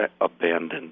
abandoned